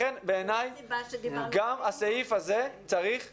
לכן בעיניי גם הסעיף הזה צריך לרדת.